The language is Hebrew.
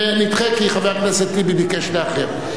ונדחה, כי חבר הכנסת טיבי ביקש לאחר.